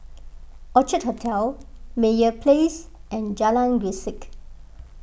Orchard Hotel Meyer Place and Jalan Grisek